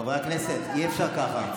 חברי הכנסת, אי-אפשר ככה.